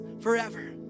forever